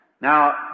Now